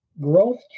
growth